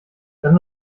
dann